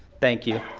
thank you.